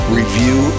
review